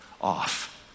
off